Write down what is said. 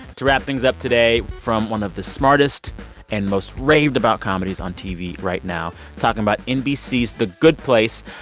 to wrap things up today, from one of the smartest and most raved about comedies on tv right now talking about nbc's the good place.